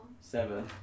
Seven